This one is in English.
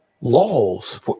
laws